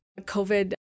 COVID